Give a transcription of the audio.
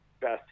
best